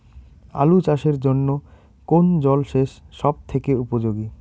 আলু চাষের জন্য কোন জল সেচ সব থেকে উপযোগী?